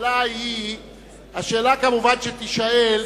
השאלה כמובן שתישאל,